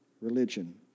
religion